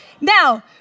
Now